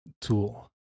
tool